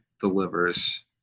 delivers